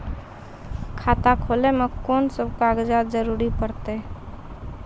खाता खोलै मे कून सब कागजात जरूरत परतै?